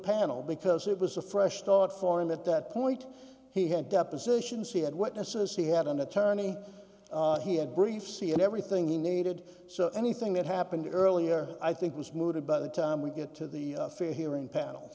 panel because it was a fresh start for him at that point he had depositions he had witnesses he had an attorney he had brief c and everything he needed so anything that happened earlier i think was mooted by the time we get to the fair hearing panel